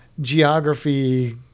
geography